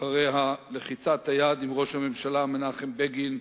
אחרי לחיצת היד עם ראש הממשלה מנחם בגין,